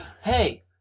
hey